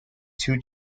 two